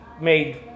made